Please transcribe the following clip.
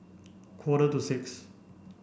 quarter to six